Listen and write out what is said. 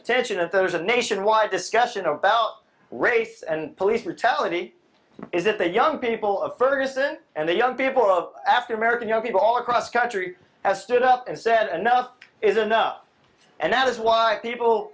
attention of those a nationwide discussion about race and police brutality is that the young people of ferguson and the young people of after american young people all across the country has stood up and said enough is enough and that is why people